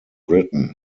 britain